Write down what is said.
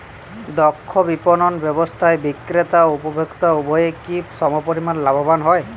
দক্ষ বিপণন ব্যবস্থায় বিক্রেতা ও উপভোক্ত উভয়ই কি সমপরিমাণ লাভবান হয়?